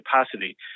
capacity